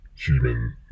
Human